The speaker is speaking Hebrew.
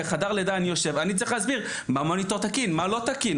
בחדר הלידה אני מסבירה אם המוניטור תקין ומה לא תקין,